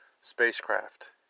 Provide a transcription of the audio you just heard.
spacecraft